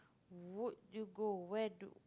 would you go where do